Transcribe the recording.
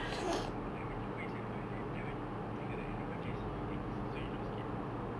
no no like when you go inside toilet then when you pooping like that no one can see your legs so you don't scared